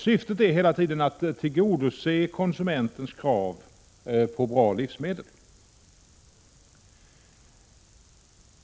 Syftet är hela tiden att tillgodose konsumentens krav på bra livsmedel.